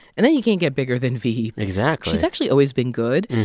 and then you can't get bigger than veep. exactly she's actually always been good.